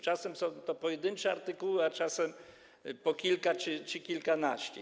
Czasem są to pojedyncze artykuły, a czasem po kilka czy kilkanaście.